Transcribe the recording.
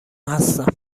هستم